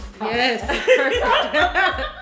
Yes